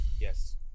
Yes